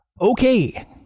Okay